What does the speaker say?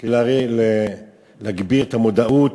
כדי להגביר את המודעות,